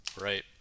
right